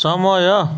ସମୟ